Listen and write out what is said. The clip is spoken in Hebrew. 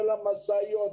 למשאיות,